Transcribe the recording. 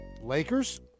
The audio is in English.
Lakers